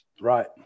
Right